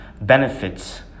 benefits